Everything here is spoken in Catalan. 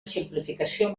simplificació